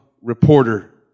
reporter